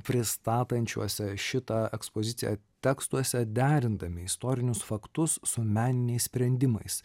pristatančiuose šitą ekspoziciją tekstuose derindami istorinius faktus su meniniais sprendimais